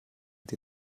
der